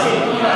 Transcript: מסכים.